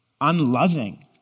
unloving